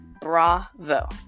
Bravo